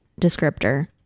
descriptor